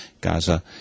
Gaza